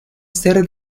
ser